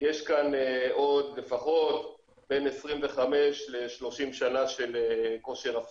יש כאן עוד לפחות בין 25 ל-30 שנה של כושר הפקה.